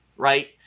Right